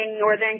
Northern